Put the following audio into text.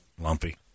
lumpy